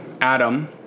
Adam